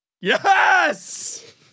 Yes